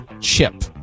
chip